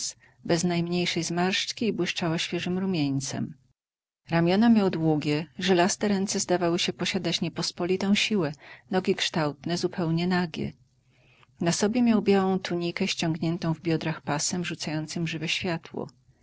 bez najmniejszej zmarszczki i błyszczała świeżym rumieńcem ramiona miał długie żylaste ręce zdawały się posiadać niepospolitą siłę nogi kształtne zupełnie nagie na sobie miał białą tiunikę ściągniętą w biodrach pasem rzucającym żywe światło